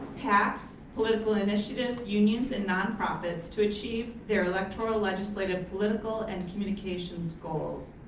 pacs, political initiatives, unions, and nonprofits to achieve their electoral legislative political and communications goals.